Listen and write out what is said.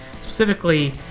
specifically